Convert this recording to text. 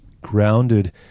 grounded